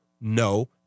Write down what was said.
no